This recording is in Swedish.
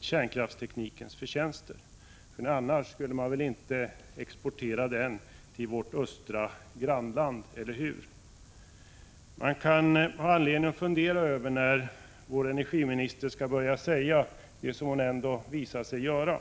kärnkraftsteknikens förtjänster. Annars skulle man väl inte exportera den till vårt östra grannland -— eller hur? Vi kan ha anledning att fundera över när vår energiminister skall börja säga det som hon ändå visar sig göra.